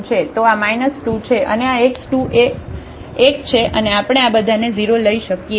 તો આ 2 છે અને આ x2 એ 1 છે અને આપણે આ બધાને 0 લઈ શકીએ